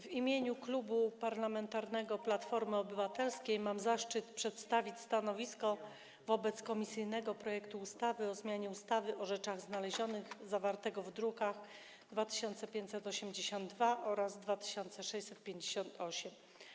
W imieniu Klubu Parlamentarnego Platforma Obywatelska mam zaszczyt przedstawić stanowisko wobec komisyjnego projektu ustawy o zmianie ustawy o rzeczach znalezionych, zawartego w drukach nr 2582 oraz 2658.